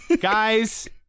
Guys